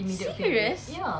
serious